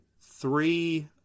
three